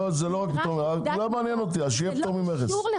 לא מעניין אותי, שיהיה פטור ממכס.